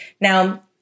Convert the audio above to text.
Now